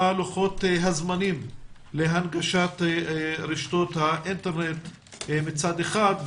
מה לוחות הזמנים להנגשת רשתות האינטרנט מצד אחד,